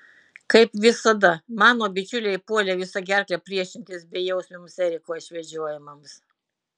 kaip visada mano bičiuliai puolė visa gerkle priešintis bejausmiams eriko išvedžiojimams